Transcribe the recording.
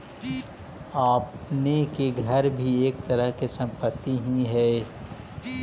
आपने के घर भी एक तरह के संपत्ति ही हेअ